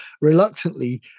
reluctantly